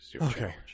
Okay